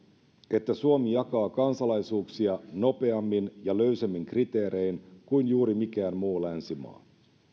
että suomi jakaa kansalaisuuksia nopeammin ja löysemmin kriteerein kuin juuri mikään muu länsimaa